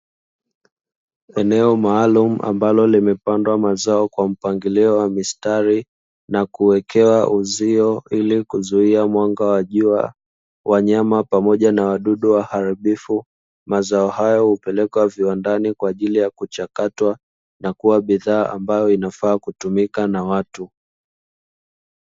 Eneo maalum ambalo limepandwa mazao kwa mpangilio wa mistari na kuwekewa uzio ili kuzuia mwanga wa jua, wanyama pamoja na wadudu waharibifu. Mazao hayo hupelekwa viwandani kwa ajili ya kuchakatwa na kuwa bidhaa ambayo inafaa kutumika na watu.